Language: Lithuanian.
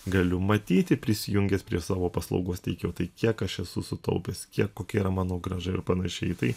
galiu matyti prisijungęs prie savo paslaugos teikėjo tai kiek aš esu sutaupęs kiek kokia yra mano grąža ir panašiai tai